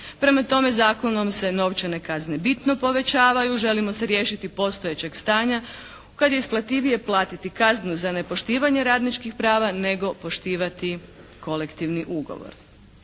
Prema tome, zakonom se novčane kazne bitno povećavaju, želimo se riješiti postojećeg stanja kad je isplativije platiti kaznu za nepoštivanje radničkih prava nego poštivati kolektivni ugovor.